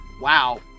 wow